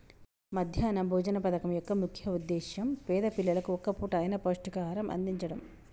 మధ్యాహ్న భోజన పథకం యొక్క ముఖ్య ఉద్దేశ్యం పేద పిల్లలకు ఒక్క పూట అయిన పౌష్టికాహారం అందిచడం